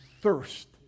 thirst